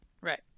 right